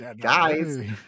guys